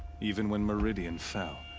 even when meridian fell.